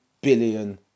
billion